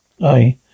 Aye